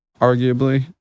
arguably